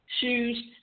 Shoes